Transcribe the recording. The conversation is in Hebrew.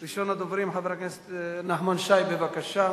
הצעות לסדר-היום מס' 7093, 7119, 7123, 7126,